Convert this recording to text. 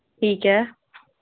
ٹھیک ہے